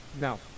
No